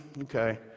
okay